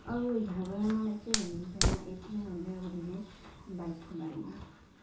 अब यहाँबाट मलाई केही भन्नु छैन यति नै हो मेरो भन्ने बाइकको बारेमा